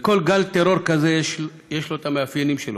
לכל גל טרור כזה יש המאפיינים שלו,